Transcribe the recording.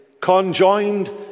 conjoined